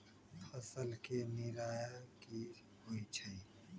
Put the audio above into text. फसल के निराया की होइ छई?